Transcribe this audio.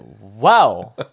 Wow